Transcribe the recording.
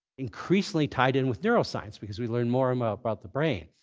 increasingly tied in with neuroscience, because we learn more um ah about the brain.